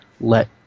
let